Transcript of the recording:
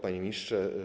Panie Ministrze!